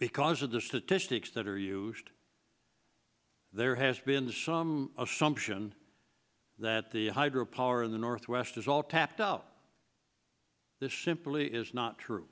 because of the statistics that are used there has been some assumption that the hydro power in the northwest is all tapped out this simply is not true